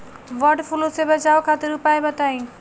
वड फ्लू से बचाव खातिर उपाय बताई?